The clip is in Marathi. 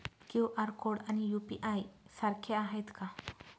क्यू.आर कोड आणि यू.पी.आय सारखे आहेत का?